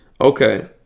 Okay